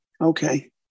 Okay